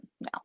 no